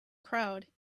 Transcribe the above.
crowd